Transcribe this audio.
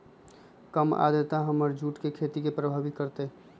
कम आद्रता हमर जुट के खेती के प्रभावित कारतै?